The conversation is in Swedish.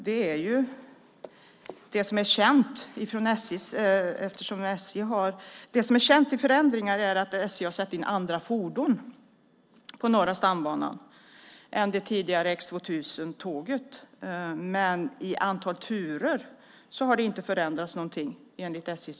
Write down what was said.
Den kända förändringen är att SJ har satt in andra fordon på Norra stambanan än det tidigare X 2000-tåget. I antal turer har det dock inte förändrats något enligt SJ.